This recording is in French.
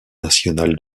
national